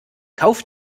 kauf